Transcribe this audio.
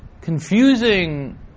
confusing